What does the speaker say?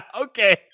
okay